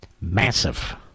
Massive